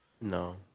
No